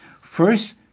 First